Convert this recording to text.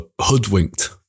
hoodwinked